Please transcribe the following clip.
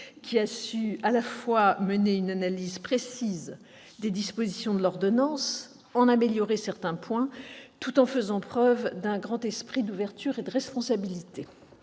qui a su mener une analyse précise des dispositions de l'ordonnance pour en améliorer certains points, tout en faisant preuve d'un grand esprit d'ouverture et de responsabilité.